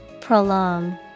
Prolong